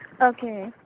Okay